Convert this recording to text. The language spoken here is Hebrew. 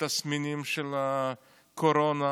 לתסמינים של הקורונה,